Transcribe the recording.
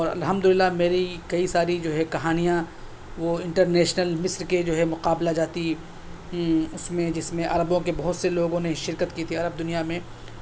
اور الحمد اللہ میری کئی ساری جو ہے کہانیاں وہ انٹرنیشنل مصر کے جو ہے مقابلہ جاتی اس میں جس میں عربوں کے بہت سے لوگوں نے شرکت کی تھی عرب دنیا میں